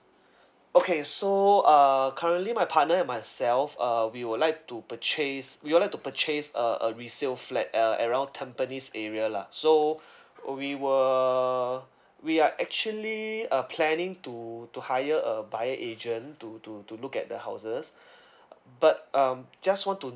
okay so uh currently my partner and myself uh we would like to purchase we would like to purchase a a resale flat uh around tampines area lah so we were we are actually uh planning to to hire a buyer agent to to to look at the houses but um just want to